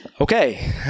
okay